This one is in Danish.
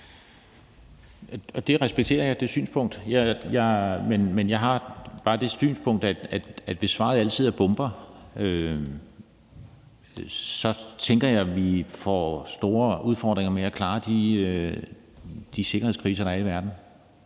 respekterer jeg. Men jeg har bare det synspunkt, at hvis svaret altid er bomber, tænker jeg vi får store udfordringer med at klare de sikkerhedskriser, der er i verden.